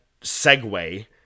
segue